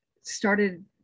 started